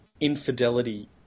infidelity